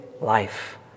life